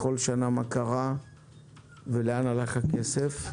בכל שנה מה קרה ולאן הלך הכסף.